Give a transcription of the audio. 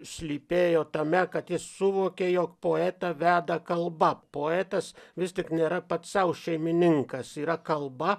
slypėjo tame kad jis suvokė jog poetą veda kalba poetas vis tik nėra pats sau šeimininkas yra kalba